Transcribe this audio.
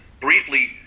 briefly